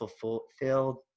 fulfilled